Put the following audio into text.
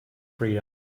freedom